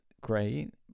great